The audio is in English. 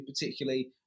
particularly